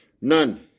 None